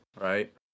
right